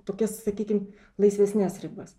tokias sakykim laisvesnes ribas